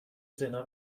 زنا